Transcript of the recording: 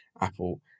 Apple